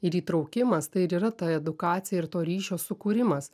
ir įtraukimas tai ir yra ta edukacija ir to ryšio sukūrimas